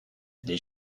les